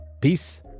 Peace